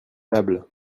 table